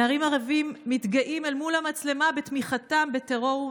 נערים ערבים מתגאים אל מול המצלמה בתמיכתם בטרור,